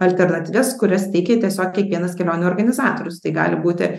alternatyvas kurias teikia tiesiog kiekvienas kelionių organizatorius tai gali būti